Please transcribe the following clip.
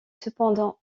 cependant